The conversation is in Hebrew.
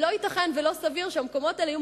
ולא ייתכן ולא סביר שהמקומות האלה יהיו